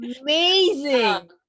Amazing